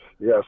Yes